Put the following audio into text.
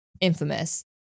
infamous